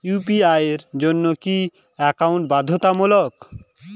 UPI এর জন্য কি একাউন্ট বাধ্যতামূলক?